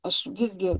aš visgi